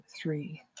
three